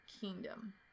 kingdom